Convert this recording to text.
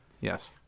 Yes